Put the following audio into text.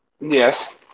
Yes